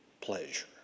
pleasure